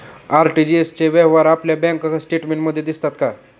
RTGS चे व्यवहार आपल्या बँक स्टेटमेंटमध्ये दिसतात का?